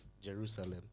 Jerusalem